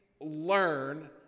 learn